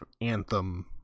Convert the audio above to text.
Anthem